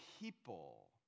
people